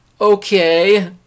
okay